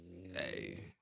Hey